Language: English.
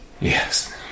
Yes